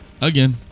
Again